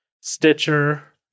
Stitcher